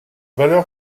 valeur